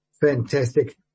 Fantastic